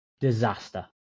disaster